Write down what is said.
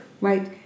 right